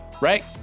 right